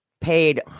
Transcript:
paid